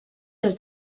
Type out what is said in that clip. des